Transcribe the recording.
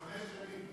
חמש שנים.